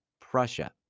Prussia